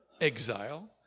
exile